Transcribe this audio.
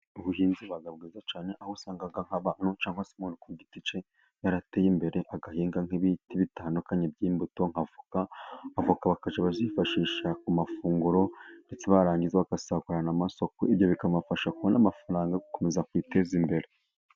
Ubuhinzi buba bwiza cyane, aho usanga nk'abantu cyangwa se umuntu ku giti cye, yarateye imbere agahinga nk'ibiti bitandukanye by'imbuto nk'avoka. Avoka bakajya bazifashisha ku mafunguro, ndetse barangiza bagasagurira n'amasoko. Ibyo bikabafasha kubona amafaranga yo gukomeza kwiteza imbere.